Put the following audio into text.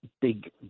big